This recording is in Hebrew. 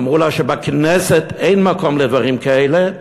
אמרו לה שבכנסת אין מקום לדברים כאלה.